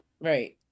Right